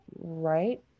right